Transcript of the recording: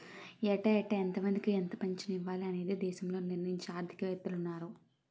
ఏటేటా ఎంతమందికి ఎంత పింఛను ఇవ్వాలి అనేది దేశంలో నిర్ణయించే ఆర్థిక వేత్తలున్నారు